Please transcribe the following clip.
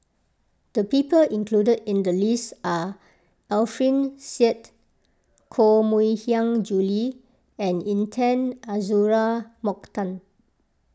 the people included in the list are Alfian Sa'At Koh Mui Hiang Julie and Intan Azura Mokhtar